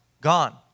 gone